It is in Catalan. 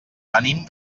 venim